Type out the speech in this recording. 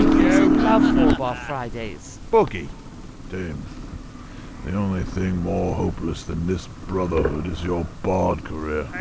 yeah love four bar fridays! boogie dame the only thing more hopeless than this brotherhood is your bard career.